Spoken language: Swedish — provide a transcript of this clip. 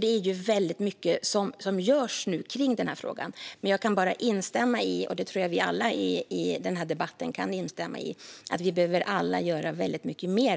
Det är mycket som görs nu i denna fråga. Jag kan dock bara instämma i - och det tror jag att vi alla i den här debatten kan instämma i - att vi alla behöver göra väldigt mycket mer.